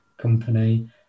company